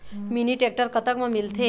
Mini tractor कतक म मिलथे?